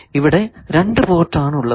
ഇവിടെ രണ്ടു പോർട്ട് ആണ് ഉള്ളത്